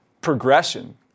progression